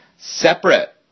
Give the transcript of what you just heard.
separate